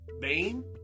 Bane